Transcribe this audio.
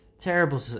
terrible